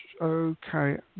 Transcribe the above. okay